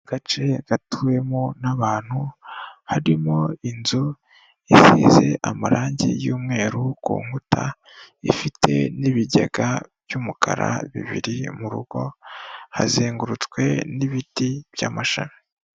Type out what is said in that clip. Agace gatuwemo n'abantu harimo inzu isize amarangi y'umweru ku nkuta ifite n'ibigega by'umukara bibiri, mu rugo hazengurutswe n' ibiti by'amashami.